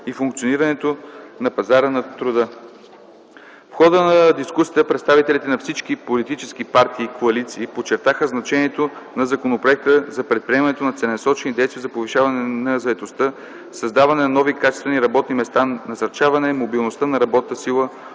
и функционирането на пазара на труда. В хода на дискусията представителите на всички политически партии и коалиции подчертаха значението на законопроекта за предприемането на целенасочени действия за повишаване на заетостта, създаване на нови качествени работни места, насърчаване мобилността на работната сила,